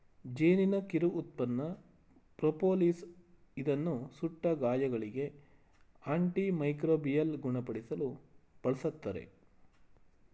ಜೇನಿನ ಕಿರು ಉತ್ಪನ್ನ ಪ್ರೋಪೋಲಿಸ್ ಇದನ್ನು ಸುಟ್ಟ ಗಾಯಗಳಿಗೆ, ಆಂಟಿ ಮೈಕ್ರೋಬಿಯಲ್ ಗುಣಪಡಿಸಲು ಬಳ್ಸತ್ತರೆ